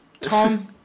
Tom